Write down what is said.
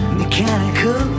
mechanical